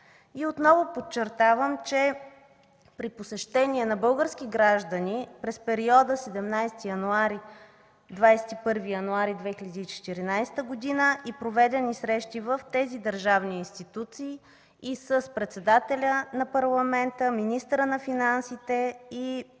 Отново подчертавам, при посещение на български граждани в периода 17-21 януари 2014 г. и проведени срещи в тези държавни институции – с председателя на Парламента, с министъра на финансите и с